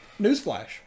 Newsflash